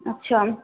अच्छा